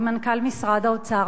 האם מנכ"ל משרד האוצר,